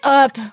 up